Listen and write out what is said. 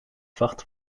vacht